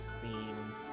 theme